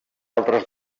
altres